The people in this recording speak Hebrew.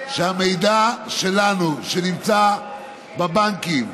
שהמידע שלנו שנמצא בבנקים